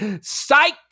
Psych